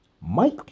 Mike